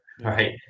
right